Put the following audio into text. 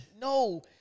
No